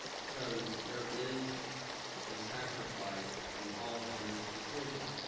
so there is a sacrifice involved in this decision.